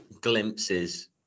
glimpses